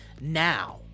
now